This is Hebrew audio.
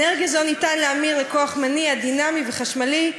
אנרגיה זו ניתן להמיר בכוח מניע דינמי וחשמלי,